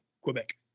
Quebec